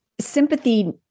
sympathy